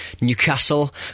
Newcastle